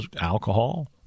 alcohol